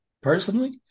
personally